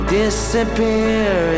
disappear